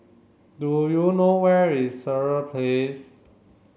do you know where is Sireh Place